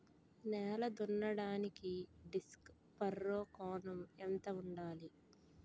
నేల దున్నడానికి disc furrow కోణం ఎంత ఉండాలి?